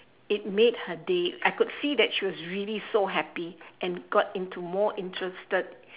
it made her day I could see that she was really so happy and got into more interested